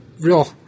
real